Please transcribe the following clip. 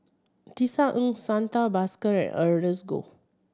Tisa Ng Santha Bhaskar and Ernest Goh